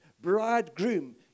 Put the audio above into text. bridegroom